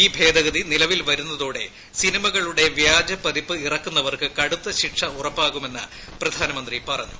ഈ ഭേദഗതി നിലവിൽ വരുന്നതോടെ സിനിമകളുടെ വ്യാജപ്പതിപ്പ് ഇറക്കുന്ന്വ്ർക്ക് കടുത്ത ശിക്ഷ ഉറപ്പാകുമെന്ന് പ്രധാനമന്ത്രി പറഞ്ഞു